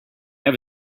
have